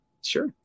Sure